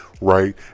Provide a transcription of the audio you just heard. right